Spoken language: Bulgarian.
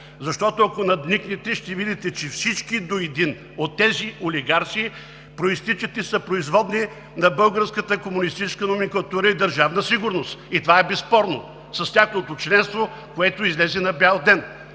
Защото, ако надникнете, ще видите, че всички до един от тези олигарси произтичат и са производни на българската комунистическа номенклатура и Държавна сигурност. И това е безспорно с тяхното членство, което излезе на бял ден.